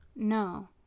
No